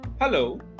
Hello